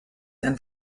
and